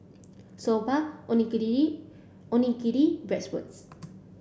Soba Onigiri Onigiri Bratwurst